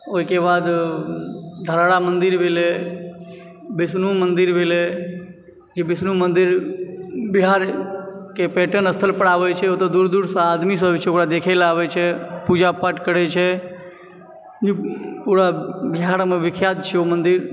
ओहिके बाद धरहरा मन्दिर भेलय विष्णु मन्दिर भेलय जे विष्णु मन्दिर बिहारके पर्यटन स्थल पर आबैत छै ओतए दूर दूरसँ जे आदमीसभ ओकरा देखय लऽ आबैत छै पूजा पाठ करैत छै पूरा बिहारमे विख्यात छै ओ मन्दिर